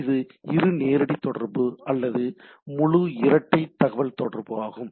இது இரு நேரடி தொடர்பு அல்லது முழு இரட்டை தகவல்தொடர்பு ஆகும்